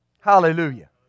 Hallelujah